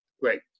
Great